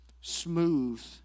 smooth